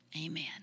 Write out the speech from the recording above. amen